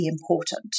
important